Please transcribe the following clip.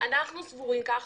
אנחנו סבורים כך.